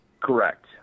Correct